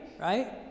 right